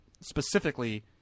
specifically